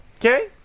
Okay